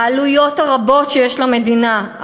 העלויות הרבות שיש למדינה,